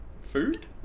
food